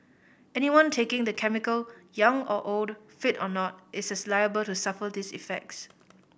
anyone taking the chemical young or old fit or not is as liable to suffer these effects